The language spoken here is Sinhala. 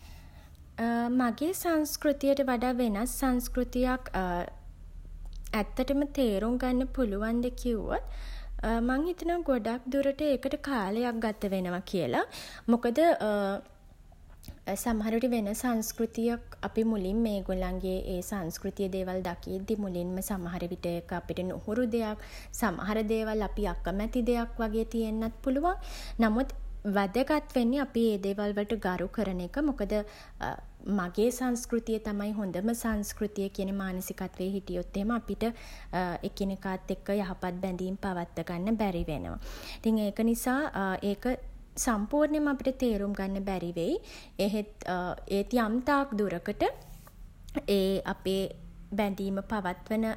මගේ සංස්කෘතියට වඩා වෙනස් සංස්කෘතියක් ඇත්තටම තේරුම් ගන්න පුළුවන්ද කිව්වොත් මං හිතනවා ගොඩක් දුරට ඒකට කාලයක් ගත වෙනවා කියල. මොකද සමහර විට වෙන සංස්කෘතියක් අපි මුලින්ම ඒගොල්ලන්ගේ ඒ සංස්කෘතියේ දේවල් දකිද්දී මුලින්ම සමහර විට ඒක අපිට නුහුරු දෙයක් සමහර දේවල් අපි අකමැති දෙයක් වගේ තියෙන්නත් පුළුවන්. නමුත් වැදගත් වෙන්නේ අපි ඒ දේවල් වලට ගරු කරන එක. මොකද මගේ සංස්කෘතිය තමයි හොඳම සංස්කෘතිය කියන මානසිකත්වයේ හිටියොත් එහෙම අපිට එකිනෙකාත් එක්ක යහපත් බැඳීම් පවත්ව ගන්න බැරි වෙනවා. ඉතින් ඒක නිසා ඒක සම්පූර්ණයෙන්ම අපිට තේරුම් ගන්න බැරි වෙයි. එහෙත් ඒත් යම් තාක් දුරකට ඒ අපේ බැඳීම පවත්වන